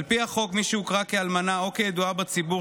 על פי החוק מי שהוכרה כאלמנה או הידועה בציבור